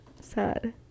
Sad